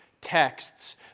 texts